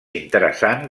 interessant